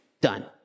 done